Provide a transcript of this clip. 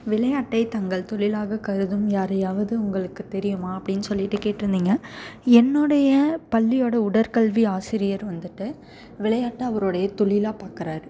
விளையாட்டை தங்கள் தொழிலாக கருதும் யாரையாவது உங்களுக்கு தெரியுமா அப்டின்னு சொல்லிட்டு கேட்டுருந்திங்க என்னுடைய பள்ளியோடய உடற்கல்வி ஆசிரியர் வந்துட்டு விளையாட்டை அவருடைய தொழிலாக பார்க்கறாரு